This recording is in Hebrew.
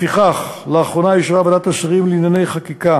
לפיכך, לאחרונה אישרה ועדת השרים לענייני חקיקה